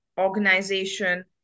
organization